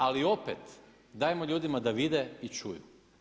Ali opet dajmo ljudima da vide i čuju.